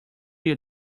you